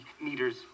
meters